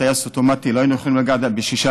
טייס אוטומטי לא היינו יכולים להגיע ל-38%,